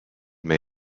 may